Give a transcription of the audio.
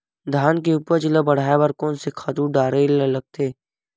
धान के उपज ल बढ़ाये बर कोन से खातु डारेल लगथे?